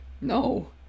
No